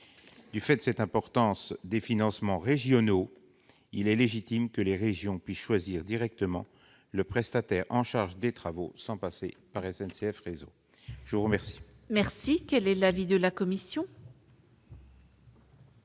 tenu de l'importance des financements régionaux, il est légitime que les régions puissent choisir directement le prestataire en charge des travaux sans passer par SNCF Réseau. Quel est l'avis de la commission ?